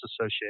associated